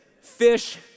fish